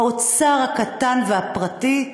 האוצר הקטן והפרטי.